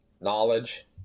knowledge